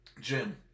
Jim